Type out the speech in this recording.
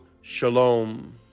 Shalom